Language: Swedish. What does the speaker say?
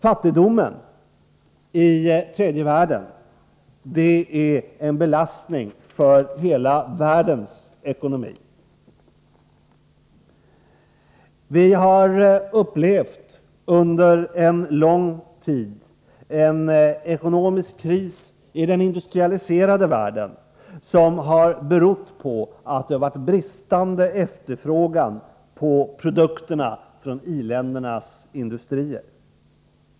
Fattigdomen i tredje världen är en belastning för hela världens ekonomi. Vi har under lång tid upplevt en ekonomisk kris i den industrialiserade världen som har berott på att det varit bristande efterfrågan på produkterna från i-ländernas industrier.